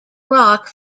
rock